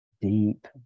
deep